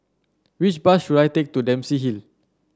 which bus should I take to Dempsey Hill